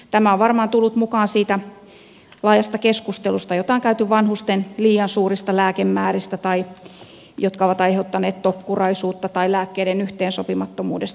tämä on varmaan tullut mukaan siitä laajasta keskustelusta jota on käyty vanhusten liian suurista lääkemääristä jotka ovat aiheuttaneet tokkuraisuutta tai lääkkeiden yhteensopimattomuudesta